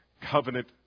covenant